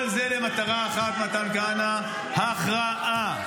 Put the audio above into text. וכל זה למטרה אחת, מתן כהנא: הכרעה.